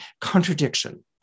contradiction